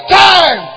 time